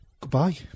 Goodbye